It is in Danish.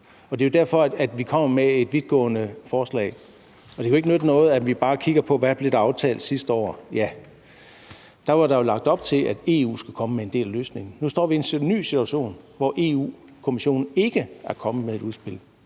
Det er jo derfor, vi kommer med et vidtgående forslag, og det kan jo ikke nytte noget, at vi bare kigger på, hvad der blev aftalt sidste år. Ja, der var der jo lagt op til, at EU skulle komme med en del af løsningen. Nu står vi i en ny situation, hvor Europa-Kommissionen ikke er kommet med et udspil,